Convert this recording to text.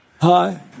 Hi